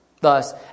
Thus